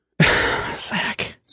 sack